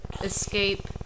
escape